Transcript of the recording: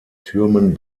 türmen